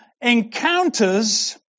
encounters